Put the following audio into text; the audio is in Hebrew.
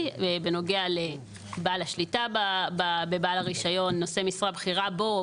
בנוגע לבעל השליטה בבעל הרישיון ולנושא משרה בכירה בו,